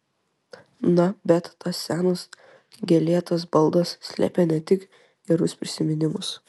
na bet tas senas gėlėtas baldas slėpė ne tik gerus prisiminimus